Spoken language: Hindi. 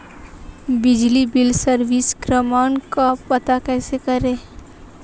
बिजली बिल सर्विस क्रमांक का पता कैसे करें?